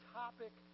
topic